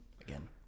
again